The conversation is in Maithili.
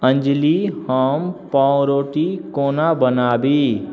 अञ्जलि हम पावरोटी कोना बनाबी